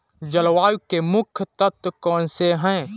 जलवायु के मुख्य तत्व कौनसे हैं?